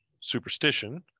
superstition